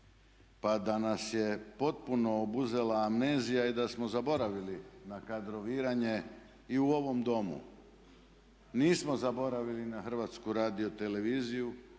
pa da nas je potpuno obuzela amnezija i da smo zaboravili na kadroviranje i u ovom Domu. Nismo zaboravili na HRT, nismo zaboravili